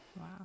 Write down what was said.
Wow